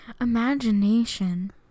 Imagination